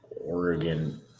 Oregon